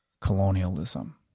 colonialism